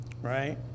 right